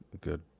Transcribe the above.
good